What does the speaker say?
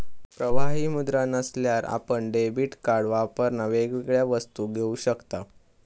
प्रवाही मुद्रा नसल्यार आपण डेबीट कार्ड वापरान वेगवेगळ्या वस्तू घेऊ शकताव